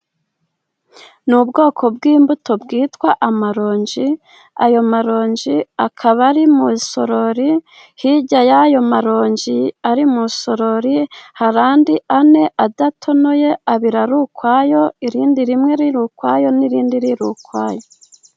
Ni ubwoko bw'imbuto bwitwa amaronji, ayo maronji akaba ari mu isorori, hirya y'ayo maronji ari mu isorori hari andi ane adatonoye, abiri ari ukwayo, irindi rimwe riri ukwaryo n'irindi riri ukwaryo.